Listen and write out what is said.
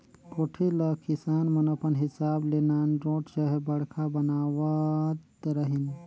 कोठी ल किसान मन अपन हिसाब ले नानरोट चहे बड़खा बनावत रहिन